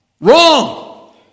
Wrong